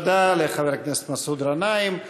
תודה לחבר הכנסת מסעוד גנאים.